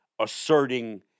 asserting